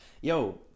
yo